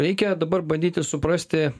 reikia dabar bandyti suprasti